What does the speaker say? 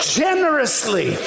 generously